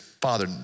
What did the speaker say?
Father